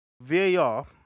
VAR